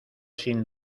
sin